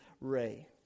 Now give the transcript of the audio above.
Ray